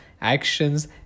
actions